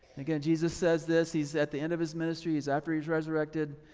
again jesus says this, he's at the end of his ministry is after he's resurrected,